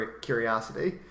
curiosity